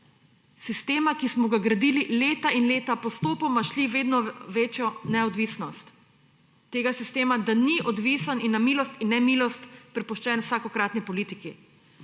Sistema, ki smo ga gradili leta in leta, postopoma šli v vedno večjo neodvisnost, tega sistema, da ni odvisen in na milost in nemilost prepuščen vsakokratni politiki.